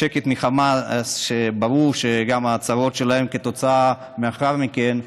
השקט מחמאס, שברור גם מההצהרות שלהם לאחר מכן,